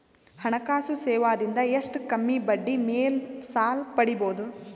ಹಣಕಾಸು ಸೇವಾ ದಿಂದ ಎಷ್ಟ ಕಮ್ಮಿಬಡ್ಡಿ ಮೇಲ್ ಸಾಲ ಪಡಿಬೋದ?